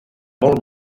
molts